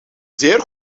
zeer